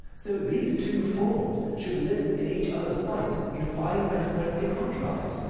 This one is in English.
so these two forms should live in each other's sight in fine and friendly contrast.